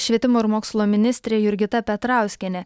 švietimo ir mokslo ministrė jurgita petrauskienė